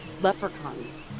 leprechauns